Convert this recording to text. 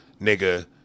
nigga